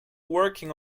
working